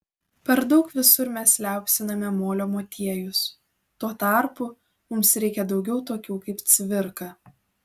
per daug visur mes liaupsiname molio motiejus tuo tarpu mums reikia daugiau tokių kaip cvirka